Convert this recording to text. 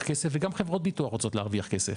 כסף וגם חברות ביטוח רוצות להרוויח כסף,